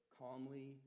calmly